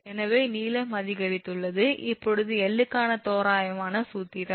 எனவே நீளம் அதிகரித்துள்ளது இப்போது l க்கான தோராயமான சூத்திரம்